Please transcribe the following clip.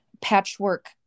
patchwork